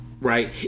Right